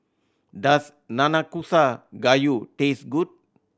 does Nanakusa Gayu taste good